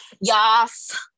yes